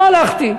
לא הלכתי.